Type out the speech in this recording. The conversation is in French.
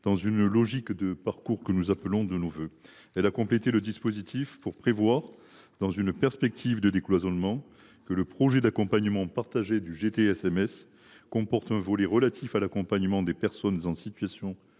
dans une logique de parcours que nous appelons de nos vœux. Elle a complété le dispositif pour prévoir, dans une perspective de décloisonnement, que le projet d’accompagnement partagé du GTSMS comporte un volet relatif à l’accompagnement des personnes en situation de handicap